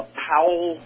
powell